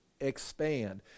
expand